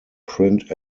print